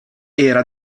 era